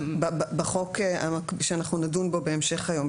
בחוק שאנחנו נדון בו בהמשך היום,